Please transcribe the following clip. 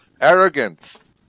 arrogance